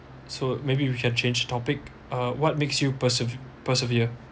so maybe we can change topic uh what makes you perseve~ persevere